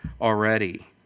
already